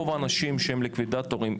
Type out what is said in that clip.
רוב האנשים שהם ליקווידטורים,